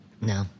No